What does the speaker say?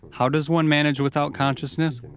how does one manage without consciousness?